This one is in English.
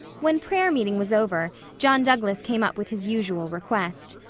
when prayer-meeting was over john douglas came up with his usual request.